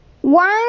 One